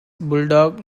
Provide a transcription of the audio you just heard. bulldog